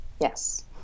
Yes